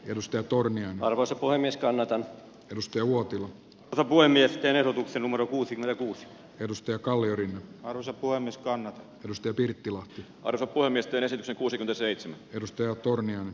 tiedusteltuani arvoisa puhemies kannatan edusti uotila tavoin miesten erotuksena modo kuusi kuusi edustaa kallioiden alusapua niskanen pystyi pirttilahti arto voimistelisi kuusi seitsemän edustajaa turunen